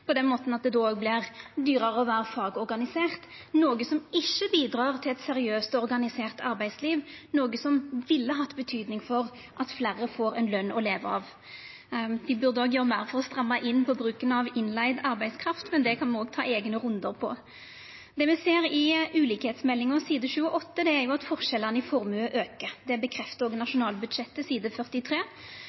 at det vert dyrare å vera fagorganisert. Dette bidreg ikkje til eit seriøst og organisert arbeidsliv, noko som ville hatt betyding for at fleire får ei løn å leva av. Dei burde også gjera meir for å stramma inn bruken av innleigd arbeidskraft, men det kan me ta eigne rundar på. Det me ser i meldinga om ulikskap, side 28, er at forskjellane i formue aukar. Det stadfester òg nasjonalbudsjettet, side 43.